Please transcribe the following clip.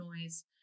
noise